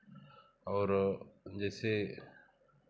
और जैसे